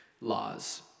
laws